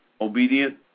Obedient